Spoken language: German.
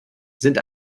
sind